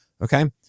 okay